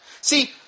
See